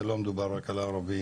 זה לא מדובר רק על הערבים,